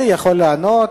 יכול לענות.